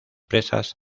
presas